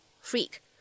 freak